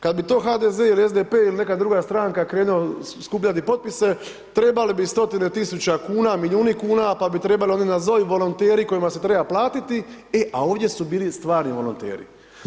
Kad bi to HDZ ili SDP ili neka druga stranka krenula skupljati potpise, trebali bi stotine tisuća kuna, milijuni kuna, pa bi trebali oni, nazovi volonteri, kojima se treba platiti, e, a ovdje su bili stvarni volonteri.